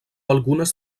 algunes